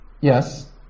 Yes